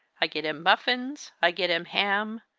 i get him muffins, i get him ham,